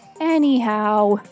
Anyhow